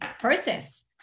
process